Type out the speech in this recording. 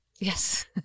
Yes